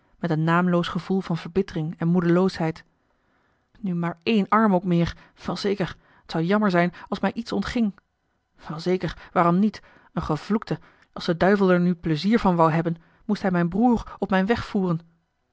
met een naamloos gevoel van verbittering en moedeloosheid nu maar één arm ook meer wel zeker t zou jammer zijn als mij iets ontging wel zeker waarom niet een gevloekte als de duivel er nu pleizier van wou hebben moest hij mijn broer op mijn weg voeren